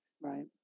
Right